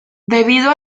debido